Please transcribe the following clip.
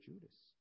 Judas